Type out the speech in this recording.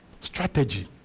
strategy